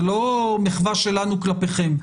זה לא מחווה שלנו כלפיכם,